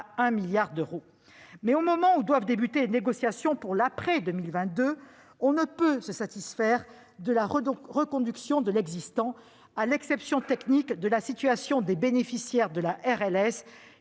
1 milliard d'euros. Toutefois, au moment où doivent débuter des négociations pour l'après-2022, on ne peut se satisfaire de la reconduction de l'existant, à l'exception technique de la situation des bénéficiaires de la RLS